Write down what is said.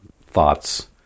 thoughts